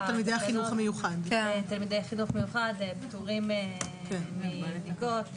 תלמידי חינוך מיוחד פטורים מבדיקות,